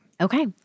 Okay